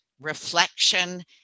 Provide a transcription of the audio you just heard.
reflection